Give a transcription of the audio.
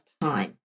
time